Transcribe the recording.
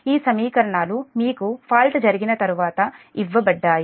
ఈ సమీకరణాలు మీకు ఫాల్ట్ జరిగిన తరువాత ఇవ్వబడ్డాయి